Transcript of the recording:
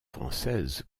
française